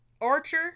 Archer